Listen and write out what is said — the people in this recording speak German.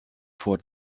vor